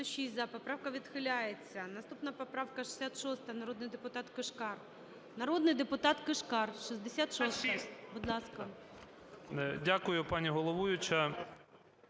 Дякую, пані головуюча.